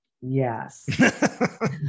Yes